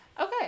Okay